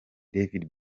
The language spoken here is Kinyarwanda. david